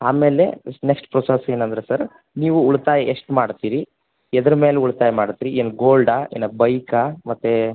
ಆಮೇಲೆ next next process ಏನಂದರೆ sir ನೀವು ಉಳಿತಾಯ ಎಷ್ಟು ಮಾಡ್ತೀರಿ ಎದ್ರ ಮೇಲೆ ಉಳ್ತಾಯ ಮಾಡ್ತ್ರಿ ಏನು ಗೋಲ್ಡಾ ಇಲ್ಲ ಬೈಕಾ ಮತ್ತು